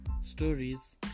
stories